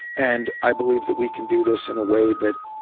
and i believe that we can do this in a way that.